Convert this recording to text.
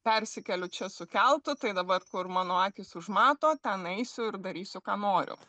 persikeliu čia su keltu tai dabar kur mano akys užmato ten eisiu ir darysiu ką noriu